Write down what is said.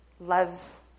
loves